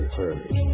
heard